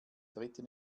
dritten